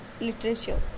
Literature